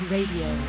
Radio